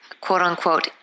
quote-unquote